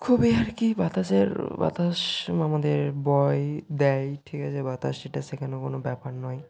খুবই আর কি বাতাসের বাতাস আমাদের বয় দেয় ঠিক আছে বাতাস সেটা সেখানে কোনো ব্যাপার নয়